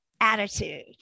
Attitude